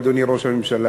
אדוני ראש הממשלה: